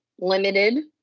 limited